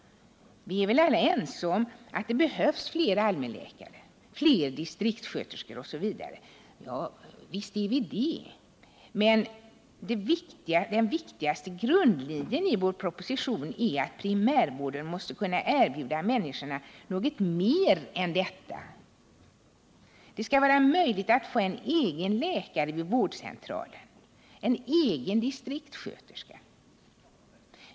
Vi är visserligen alla ense om att det behövs fler allmänläkare, fler distriktssköterskor osv. — det råder inga tvivel om detta. Men grundlinjen i vår proposition är ju att primärvården måste kunna erbjuda människorna något mer än detta: de skall ha möjlighet att få en egen läkare, en egen distriktssköterska vid vårdcentralen.